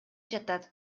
жатат